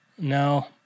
No